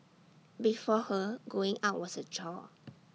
before her going out was A chore